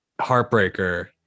Heartbreaker